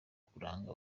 kuranga